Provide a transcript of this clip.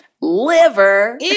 Liver